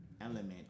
element